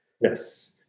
Yes